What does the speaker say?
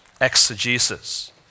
exegesis